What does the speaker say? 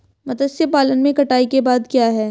मत्स्य पालन में कटाई के बाद क्या है?